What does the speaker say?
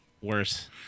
Worse